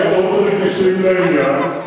שמאוד רגישים לעניין,